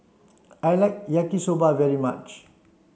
I like Yaki Soba very much